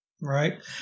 Right